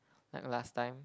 like last time